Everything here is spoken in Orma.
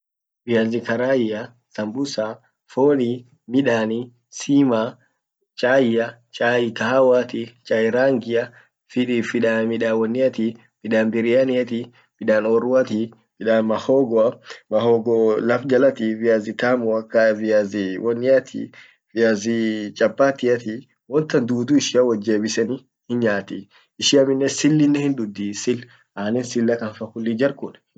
viazi karaia, sambusa, foni, midani, sima, chaia, chai kahawati, chai rangia, midan biryaniati, midan orruati, midan mahogoa, mahogo laf jalatii ,viazi tamua, viazi woniati, viazi chapatiati, won tan dudu ishia wot jebiseni hinyaati. ishian amminen sillinen hindudhi, sil annen silla kan fa jar kun hindudhi won akanatan.